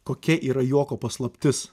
kokia yra juoko paslaptis